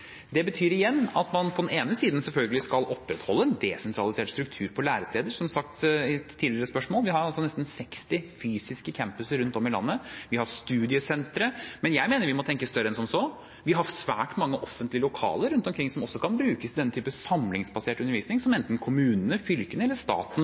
Det betyr igjen at man på den ene siden selvfølgelig skal opprettholde en desentralisert struktur på læresteder. Som jeg svarte på et tidligere spørsmål: Vi har nesten 60 fysiske campuser rundt om i landet, og vi har studiesentre. Men jeg mener vi må tenke større enn som så. Vi har svært mange offentlige lokaler rundt omkring som også kan brukes til denne typen samlingsbasert undervisning, som enten kommunene, fylkene eller staten